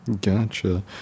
Gotcha